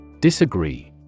Disagree